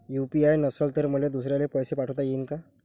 UPI नसल तर मले दुसऱ्याले पैसे पाठोता येईन का?